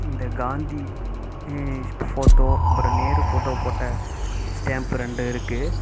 இந்த காந்தி இ ஸ் ஃபோட்டோ அப்பறம் நேரு ஃபோட்டோ போட்ட ஸ்டாம்ப் ரெண்டு இருக்குது